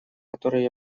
которые